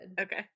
Okay